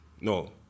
no